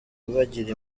bagira